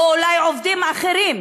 או אולי על עובדים אחרים.